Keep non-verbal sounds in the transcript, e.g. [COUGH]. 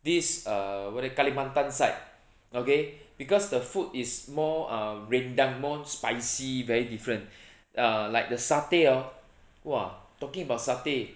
this err what do you kalimantan side okay [BREATH] because the food is more um rendang more spicy very different [BREATH] err like the satay hor !wah! talking about satay